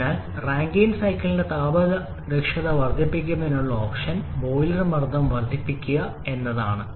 അതിനാൽ റാങ്കൈൻ സൈക്കിളിന്റെ താപ ദക്ഷത വർദ്ധിപ്പിക്കുന്നതിനുള്ള ഓപ്ഷൻ ബോയിലർ മർദ്ദം വർദ്ധിപ്പിക്കുക എന്നതാണ്